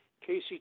Casey